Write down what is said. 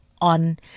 on